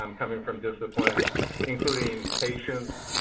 um coming from disciplines including patients,